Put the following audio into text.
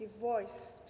voice